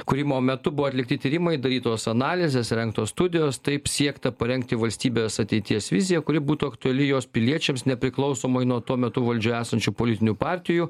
kūrimo metu buvo atlikti tyrimai darytos analizės rengtos studijos taip siekta parengti valstybės ateities viziją kuri būtų aktuali jos piliečiams nepriklausomai nuo tuo metu valdžioje esančių politinių partijų